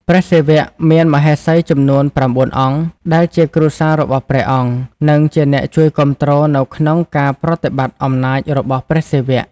ព្រះសិវៈមានមហេសីចំនួន ៩ អង្គ ដែលជាគ្រួសាររបស់ព្រះអង្គ និងជាអ្នកជួយគាំទ្រនៅក្នុងការប្រតិបត្តិអំណាចរបស់ព្រះសិវៈ។